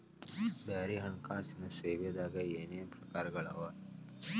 ಬ್ಯಾರೆ ಹಣ್ಕಾಸಿನ್ ಸೇವಾದಾಗ ಏನೇನ್ ಪ್ರಕಾರ್ಗಳವ?